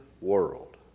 world